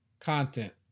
content